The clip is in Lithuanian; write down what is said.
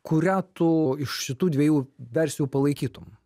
kurią tu iš šitų dviejų versijų palaikytum